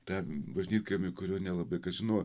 tą bažnytkaimį kurio nelabai kas žinojo